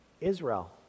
Israel